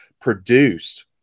produced